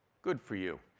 good for you.